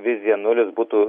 vizija nulis būtų